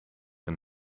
een